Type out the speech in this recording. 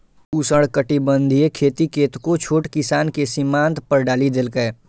उष्णकटिबंधीय खेती कतेको छोट किसान कें सीमांत पर डालि देलकै